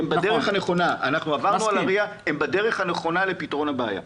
אנחנו עברנו על ה-ria והם בדרך הנכונה לפתרון הבעיה.